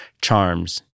charms